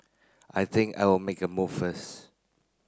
I think I will make a move first